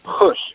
push